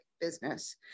business